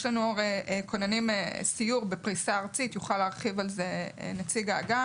יש לנו כונני סיור בפריסה ארצית יוכל להרחיב על זה נציג האג"ם